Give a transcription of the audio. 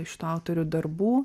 šitų autorių darbų